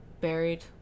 buried